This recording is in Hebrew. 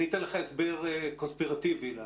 אני אתן לך הסבר קונספירטיבי לעניין.